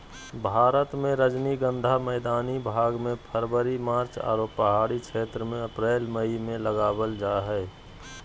भारत मे रजनीगंधा मैदानी भाग मे फरवरी मार्च आरो पहाड़ी क्षेत्र मे अप्रैल मई मे लगावल जा हय